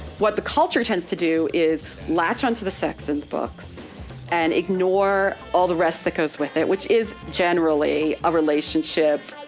what the culture tends to do is latch onto the sex in the books and ignore all the rest that goes with it which is generally a relationship,